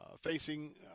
facing